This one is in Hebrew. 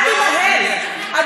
אל תיבהל, לא יהיה.